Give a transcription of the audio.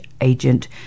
agent